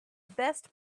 best